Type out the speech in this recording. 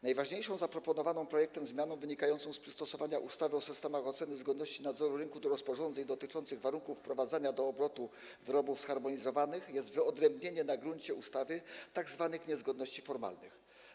Najważniejszą zaproponowaną projektem zmianą wynikającą z przystosowania ustawy o systemach oceny zgodności i nadzoru rynku do rozporządzeń dotyczących warunków wprowadzania do obrotu wyrobów zharmonizowanych jest wyodrębnienie na gruncie ustawy tzw. niezgodności formalnych.